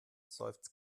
seufzt